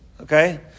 Okay